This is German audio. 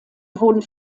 wurden